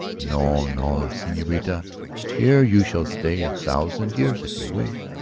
no, no, senorita here you shall stay a thousand years if you wish.